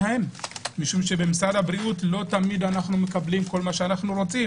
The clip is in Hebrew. משום שממשרד הבריאות אנו לא תמיד מקבלים מה שאנו רוצים